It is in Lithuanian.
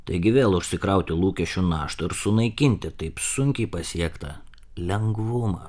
taigi vėl užsikrauti lūkesčių naštą ir sunaikinti taip sunkiai pasiektą lengvumą